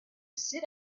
sit